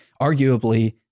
arguably